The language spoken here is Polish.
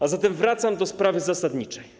A zatem wracam do sprawy zasadniczej.